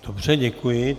Dobře, děkuji.